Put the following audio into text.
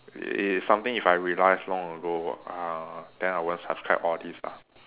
it is something if I realise long ago uh then I won't subscribed all these lah